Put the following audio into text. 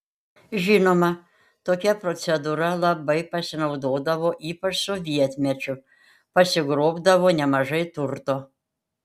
žinoma tokia procedūra labai pasinaudodavo ypač sovietmečiu pasigrobdavo nemažai turto